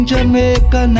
Jamaica